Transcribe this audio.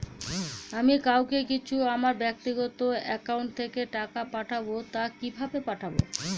আমি কাউকে কিছু আমার ব্যাক্তিগত একাউন্ট থেকে টাকা পাঠাবো তো কিভাবে পাঠাবো?